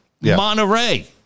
Monterey